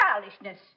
childishness